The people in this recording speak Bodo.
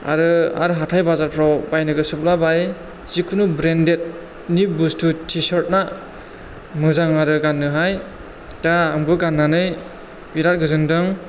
आरो आर हाथाय बाजारफ्राव बायनो गोसोब्ला बाय जिखुनु ब्रेन्डेडनि बुस्थु टि सार्टना मोजां आरो गाननोहाय दा आंबो गाननानै बिराद गोजोनदों